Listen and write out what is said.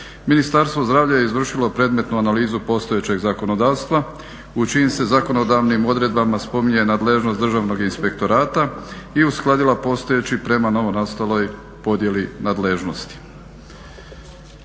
Ministarstvo zdravlja je izvršilo predmetnu analizu postojećeg zakonodavstva u čijim se zakonodavnim odredbama spominje nadležnost državnog inspektorata i uskladila postojeći prema novo nastaloj podjeli nadležnosti.